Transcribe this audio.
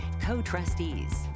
co-trustees